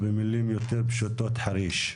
במילים יותר פשוטות: חריש.